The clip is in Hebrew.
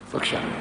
בבקשה.